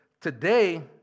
today